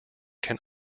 can